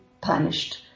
punished